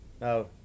No